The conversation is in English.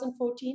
2014